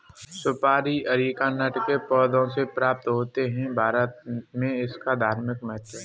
सुपारी अरीकानट के पौधों से प्राप्त होते हैं भारत में इसका धार्मिक महत्व है